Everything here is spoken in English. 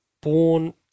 Born